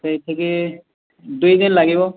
ସେଇଠିକୁ ଦୁଇ ଦିନ ଲାଗିବ